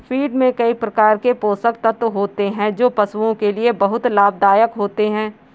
feed में कई प्रकार के पोषक तत्व होते हैं जो पशुओं के लिए बहुत लाभदायक होते हैं